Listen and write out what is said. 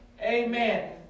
amen